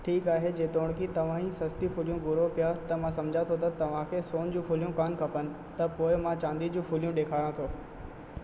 ठीकु आहे जेतोणीकि तव्हां ही सस्ती फुलियूं घुरो पिया त मां समुझा थो त तव्हांखे सोन जूं फुलियूं कान खपनि त पोएं मां चांदी जूं फुलियूं डे॒खारां थो